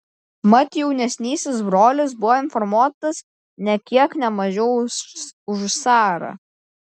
mat jaunesnysis brolis buvo informuotas nė kiek ne mažiau už carą